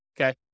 okay